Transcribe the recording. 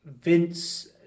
Vince